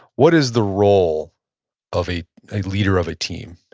what is the role of a a leader of a team?